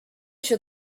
się